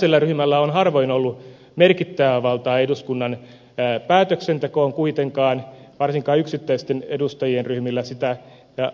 tällaisella ryhmällä on kuitenkin harvoin ollut merkittävää valtaa eduskunnan päätöksentekoon varsinkaan yksittäisten edustajien ryhmillä ja